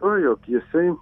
tuo jog jisai